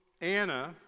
Anna